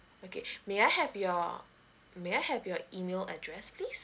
okay may I have your may I have your email address please